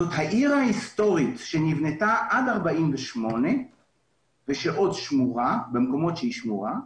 זאת העיר ההיסטורית שנבנתה עד 1948 ושעוד שמורה במקומות שהיא שמורה,